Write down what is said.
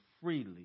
freely